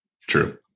True